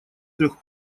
трёх